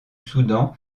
soudan